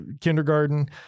kindergarten